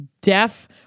deaf